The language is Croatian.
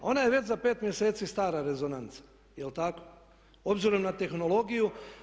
Ona je već za 5 mjeseci stara rezonanca, jel' tako, obzirom na tehnologiju.